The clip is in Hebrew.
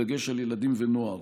בדגש על ילדים ונוער.